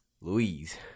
Louise